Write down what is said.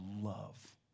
love